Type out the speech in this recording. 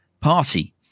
Party